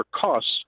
costs